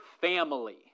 family